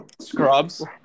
Scrubs